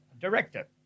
director